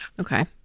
Okay